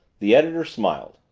the editor smiled.